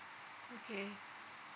okay